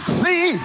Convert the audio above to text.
see